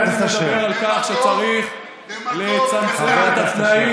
שנים אני מדבר על כך שצריך לצמצם את התנאים